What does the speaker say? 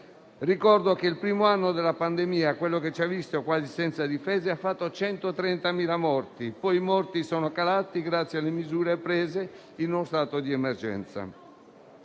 Ricordo che il primo anno della pandemia, quello che ci ha visto quasi senza difese, ha fatto 130.000 morti. Il numero dei deceduti è poi calato grazie alle misure prese nello stato di emergenza.